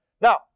Now